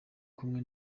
kumwe